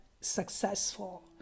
successful